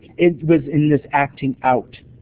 it was in this acting out.